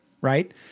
right